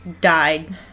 died